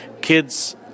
kids